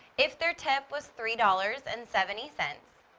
if their tip was three dollars and seventy cents,